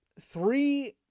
three